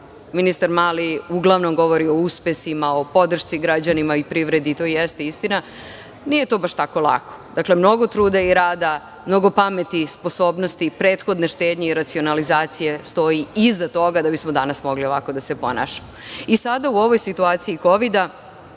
ministar Mali uglavnom govori o uspesima, o podršci građanima i privredi, i to jeste istina, nije to baš tako lako. Dakle, mnogo truda i rada, mnogo pameti i sposobnosti, prethodne štednje i racionalizacije stoji iza toga da bismo danas mogli ovako da se ponašamo.I sada, u ovoj situaciji Kovida,